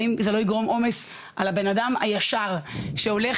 האם זה לא יגרום עומס על הבנאדם הישר שהולך